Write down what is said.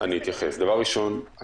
דבר ראשון,